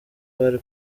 bari